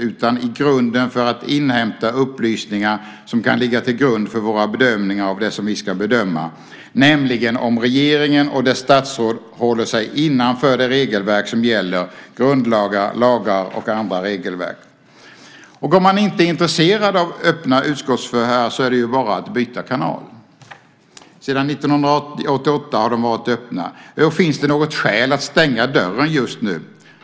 Det är i grunden att inhämta upplysningar som kan ligga till grund för våra bedömningar av det som vi ska bedöma, nämligen om regeringen och dess statsråd håller sig innanför det regelverk som gäller: grundlagar, lagar och andra regelverk. Om man inte är intresserad av öppna utskottsförhör så är det ju bara att byta kanal - men sedan 1988 har de varit öppna. Finns det något skäl att stänga dörren just nu?